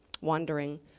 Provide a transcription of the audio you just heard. wandering